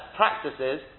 practices